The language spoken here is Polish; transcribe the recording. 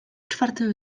czwartym